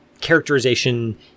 characterization